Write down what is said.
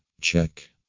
Check